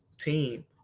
team